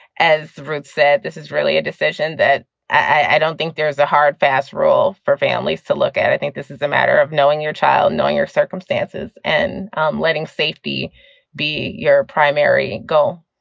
as i said, this is really a decision that i don't think there's a hard, fast rule for families to look at. i think this is a matter of knowing your child, knowing your circumstances and um letting safety be your primary goal